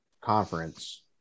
conference